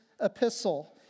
epistle